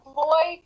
boy